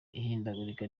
ihindagurika